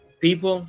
People